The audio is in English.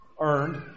earned